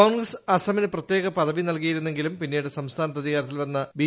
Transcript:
കോൺഗ്രസ് അസാമിന് പ്രത്യേക പദവി നൽകിയിരുന്നെങ്കിലും പിന്നീട് സംസ്ഥാനത്ത് അധികാരത്തിൽ വന്ന ബി